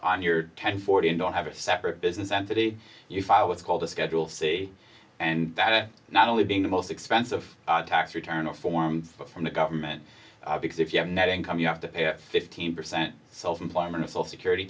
on your ten forty and don't have a separate business entity you file what's called a schedule c and that not only being the most expensive tax return a form from the government because if you have net income you have to pay fifteen percent self employment a full security